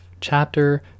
chapter